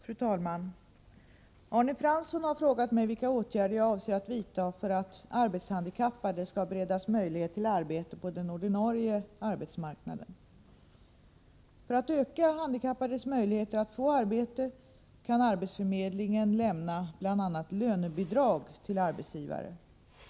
Fru talman! Arne Fransson har frågat mig vilka åtgärder jag avser att vidta för att arbetshandikappade skall beredas möjlighet till arbete på den ordinarie arbetsmarknaden. För att öka handikappades möjligheter att få arbete kan arbetsförmedlingen lämna bl.a. lönebidrag till arbetsgivare.